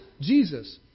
Jesus